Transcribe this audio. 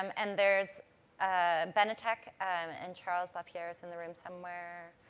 um and there's ah benetech, and and charles lapierre is in the room somewhere